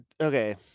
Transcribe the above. okay